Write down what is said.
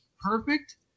perfect